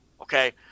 okay